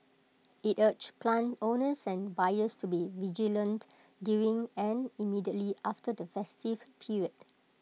IT urged plant owners and buyers to be vigilant during and immediately after the festive period